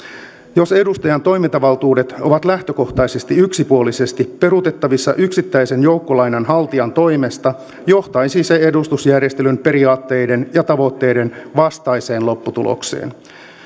jos edustajan toimintavaltuudet ovat lähtökohtaisesti yksipuolisesti peruutettavissa yksittäisen joukkolainanhaltijan toimesta johtaisi se edustusjärjestelyn periaatteiden ja tavoitteiden vastaiseen lopputulokseen